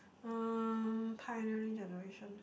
um pioneering generation